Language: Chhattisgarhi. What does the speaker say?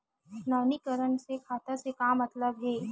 नवीनीकरण से खाता से का मतलब हे?